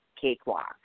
cakewalk